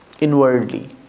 inwardly